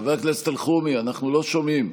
חבר הכנסת אלחרומי, אנחנו לא שומעים.